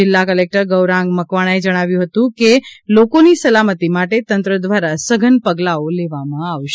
જિલ્લા કલેક્ટર ગૌરાંગ મકવાણાએ જણાવ્યુ હતુ કે લોકોની સલામતી માટે તંત્ર દ્વારા સઘન પગલાઓ લેવામા આવશે